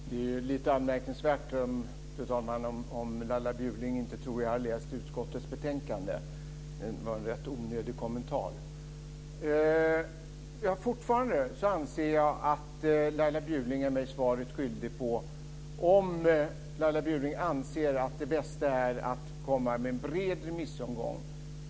Fru talman! Det är anmärkningsvärt om Laila Bjurling tror att jag inte har läst utskottets betänkande. Det var en rätt onödig kommentar. Fortfarande anser jag att Laila Bjurling är mig svaret skyldig på frågan om hon anser att det bästa är att ha en bred remissomgång.